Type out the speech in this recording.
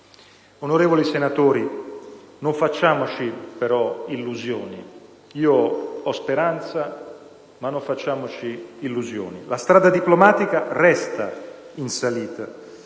Onorevoli senatori, non facciamoci però illusioni. Ho speranza, ma non facciamoci illusioni. La strada diplomatica resta in salita.